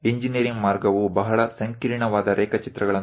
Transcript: engineering માર્ગમાં ખૂબ જટિલ ડ્રોઇંગ સામેલ છે